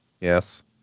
Yes